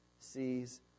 sees